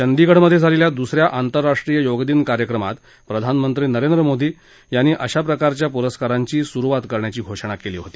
चंदिगड मध्ये झालेल्या दुसऱ्या आंतरराष्ट्रीय योग दिन कार्यक्रमात प्रधानमंत्री नरेंद्र मोदी यांनी अशा प्रकारच्या पुरस्कारांची सुरुवात करण्याची घोषणा केली होती